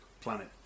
Planet